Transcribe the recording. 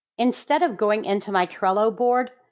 instead of going into my trello board,